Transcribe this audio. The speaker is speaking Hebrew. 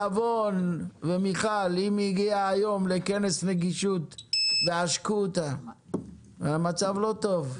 אם היא הגיעה היום לכנס נגישות ועשקו אותה אז המצב לא טוב.